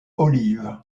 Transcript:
olive